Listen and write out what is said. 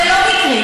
זה לא מקרי.